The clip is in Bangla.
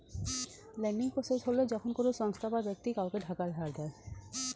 লেন্ডিং প্রসেস হল যখন কোনো সংস্থা বা ব্যক্তি কাউকে টাকা ধার দেয়